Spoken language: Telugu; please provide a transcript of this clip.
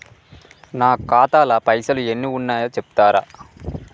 నా ఖాతా లా పైసల్ ఎన్ని ఉన్నాయో చెప్తరా?